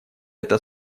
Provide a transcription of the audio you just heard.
это